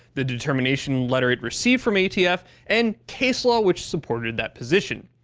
the determination letter it received from atf and case law which supported that position.